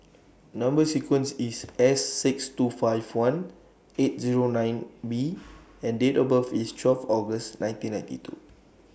Number sequence IS S six two five one eight Zero nine B and Date of birth IS twelve August nineteen ninety two